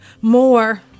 more